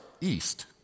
east